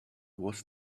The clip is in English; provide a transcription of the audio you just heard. was